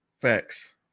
Facts